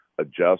adjust